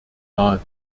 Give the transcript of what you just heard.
nahe